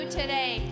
today